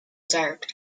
direct